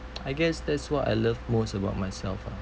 I guess that's what I love most about myself uh